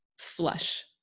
flush